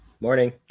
morning